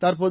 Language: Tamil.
தற்போது